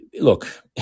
look